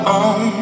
on